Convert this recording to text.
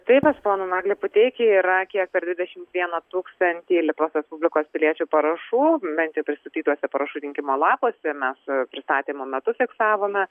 tai pas poną naglį puteikį yra kiek per dvidešim vieną tūkstantį lietuvos respublikos piliečių parašų bent jau pristatytuose parašų rinkimo lapuose mes pristatymo metu fiksavome